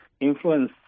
influence